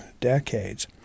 decades